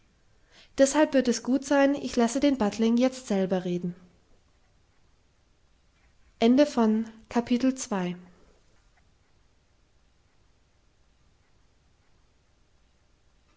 deshalb wird es gut sein ich lasse den battling selber reden